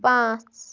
پانٛژھ